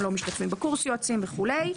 הם לא משתתפים בקורס יועצים וכולי.